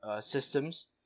systems